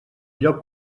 lloc